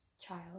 child